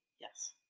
Yes